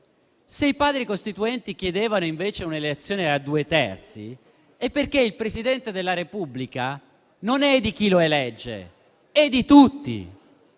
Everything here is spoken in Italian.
Se i Padri costituenti chiedevano, invece, un'elezione con maggioranza dei due terzi, è perché il Presidente della Repubblica non è di chi lo elegge, ma è di tutti.